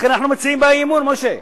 לכן אנחנו מציעים בה אי-אמון, משה.